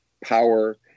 power